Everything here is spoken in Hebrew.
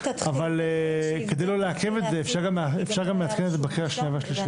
אבל כדי לא לעכב את זה אפשר גם לעדכן את זה בקריאה השנייה והשלישית.